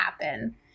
happen